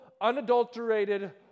unadulterated